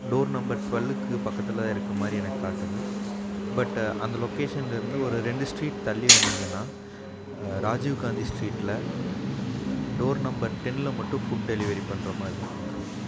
door number டுவெல்லுக்கு பக்கத்தில் இருக்க மாதிரி எனக்கு காட்டுது பட்டு அந்த லொக்கேஷனில் இருந்து ஒரு ரெண்டு ஸ்ட்ரீட் தள்ளி வந்தீங்கன்னா ராஜீவ்காந்தி ஸ்ட்ரீட்டில் டோர் நம்பர் டென்னில் மட்டும் ஃபுட் டெலிவரி பண்ணுற மாரி இருக்கும்ங்க சார்